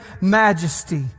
majesty